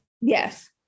Yes